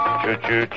choo-choo